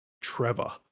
Trevor